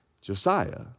Josiah